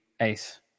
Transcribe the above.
ace